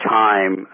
time